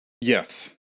Yes